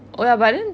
oh ya but then